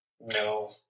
No